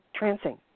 trancing